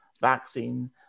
vaccine